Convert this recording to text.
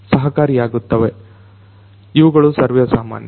ಇವುಗಳು ಸರ್ವೇಸಾಮನ್ಯ